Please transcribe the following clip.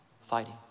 fighting